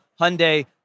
Hyundai